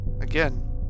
again